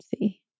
see